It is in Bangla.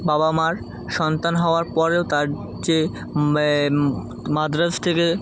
বাবা মার সন্তান হওয়ার পরেও তার যে মাদ্রাজ থেকে